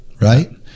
right